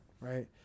right